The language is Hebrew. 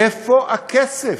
איפה הכסף?